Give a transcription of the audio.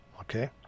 Okay